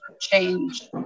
change